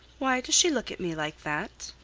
why does she look at me like that?